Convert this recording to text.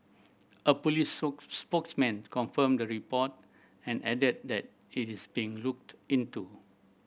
a police spokesman confirmed the report and added that it is being looked into